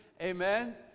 Amen